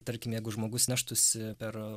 tarkim jeigu žmogus neštųsi per